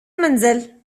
المنزل